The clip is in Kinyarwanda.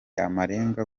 amarenga